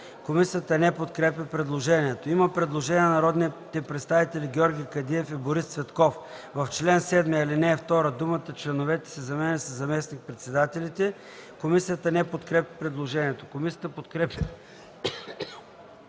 Комисията не подкрепя предложението. Има предложение на народните представители Георги Кадиев и Борис Цветков – в чл. 7, ал. 2 думата „членовете” се заменя със „заместник-председателите”. Комисията не подкрепя предложението. Комисията подкрепя